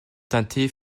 teintées